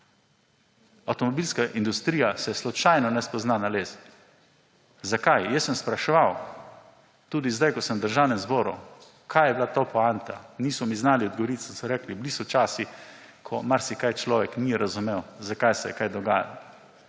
Avtomobilska industrija se slučajno ne spozna na les. Zakaj? Jaz sem spraševal, tudi zdaj, ko sem v Državnem zboru, kaj je bila to poanta. Niso mi znali odgovoriti. So rekli, bili so časi, ko marsikaj človek ni razumel, zakaj se je kaj dogajalo.